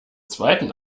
zweiten